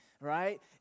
right